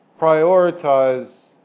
prioritize